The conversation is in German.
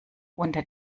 unter